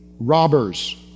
robbers